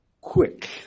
quick